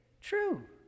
true